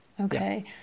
Okay